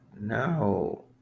No